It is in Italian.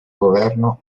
governo